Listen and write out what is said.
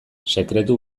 sekretu